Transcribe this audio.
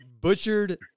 butchered